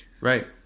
right